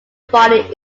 body